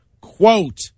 Quote